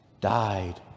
died